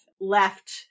left-